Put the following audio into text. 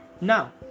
Now